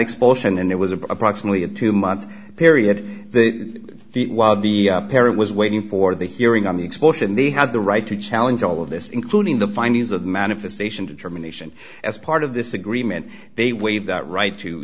expulsion and there was approximately a two month period while the parent was waiting for the hearing on the expulsion they had the right to challenge all of this including the findings of manifestation determination as part of this agreement they waive that right to